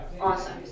awesome